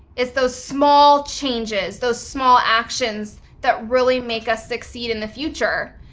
it's those small changes, those small actions that really make us succeed in the future.